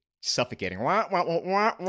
suffocating